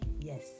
yes